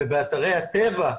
ובאתרי הטבע,